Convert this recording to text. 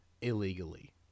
illegally